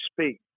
speak